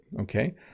Okay